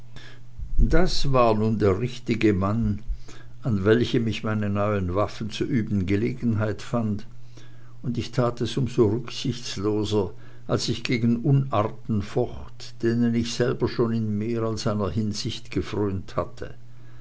das war nun der richtige mann an welchem ich meine neuen waffen zu üben gelegenheit fand und ich tat es um so rücksichtsloser als ich gegen unarten focht denen ich selber schon in mehr als einer hinsicht gefrönt hatte